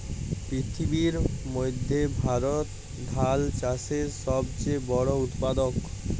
পিথিবীর মইধ্যে ভারত ধাল চাষের ছব চাঁয়ে বড় উৎপাদক